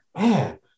Man